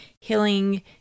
healing